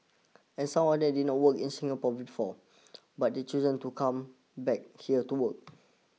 and some of them did work in Singapore before but they've chosen to come back here and work